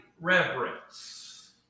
reverence